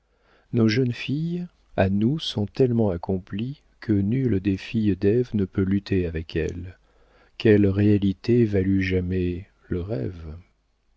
nos jeunes filles à nous sont tellement accomplies que nulle des filles d'ève ne peut lutter avec elles quelle réalité valut jamais le rêve